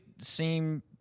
seem